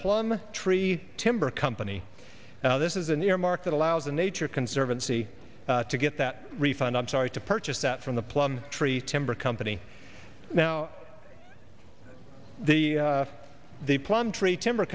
plum tree timber company now this is an earmark that allows the nature conservancy to get that refund i'm sorry to purchase that from the plum tree timber company now the the plum tree timber